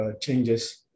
changes